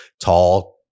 tall